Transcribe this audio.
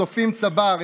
צופים צבר,